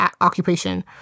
occupation